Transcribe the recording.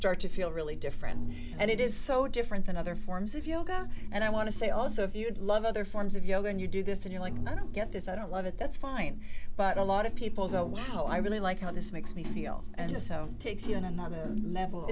start to feel really different and it is so different than other forms of yoga and i want to say also if you'd love other forms of yoga and you do this and you like not get this i don't love it that's fine but a lot of people go wow i really like how this makes me feel and so takes you on another level